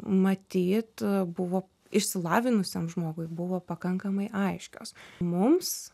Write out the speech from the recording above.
matyt buvo išsilavinusiam žmogui buvo pakankamai aiškios mums